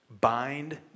bind